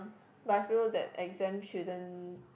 but I feel that exams shouldn't